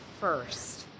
first